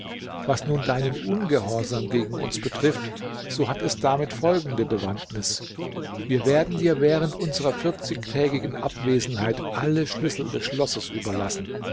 was nun deinen ungehorsam gegen uns betrifft so hat es damit folgende bewandtnis wir werden dir während unsrer vierzigtägigen abwesenheit alle schlüssel des schlosses überlassen